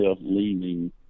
leaving